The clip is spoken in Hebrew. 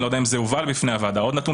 אני לא יודע אם זה הובא בפני הוועדה עוד נתון